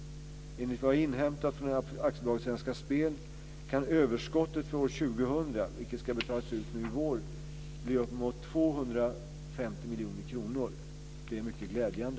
Enligt vad jag har inhämtat från AB Svenska Spel kan överskottet för år 2000, vilket ska betalas ut nu i vår, bli uppemot 250 miljoner kronor. Det är mycket glädjande.